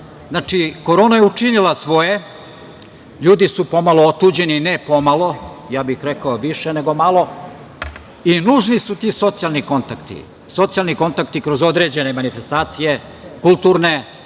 korona je učinila svoje. Ljudi su pomalo otuđeni. Dakle, ne pomalo, ja bih rekao više nego malo i nužni su ti socijalni kontakti kroz određene manifestacije, kulturne,